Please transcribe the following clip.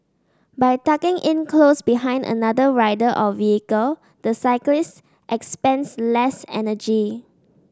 by tucking in close behind another a rider or vehicle the cyclist expends less energy